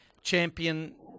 champion